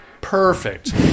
perfect